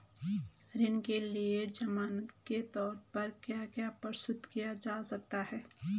ऋण के लिए ज़मानात के तोर पर क्या क्या प्रस्तुत किया जा सकता है?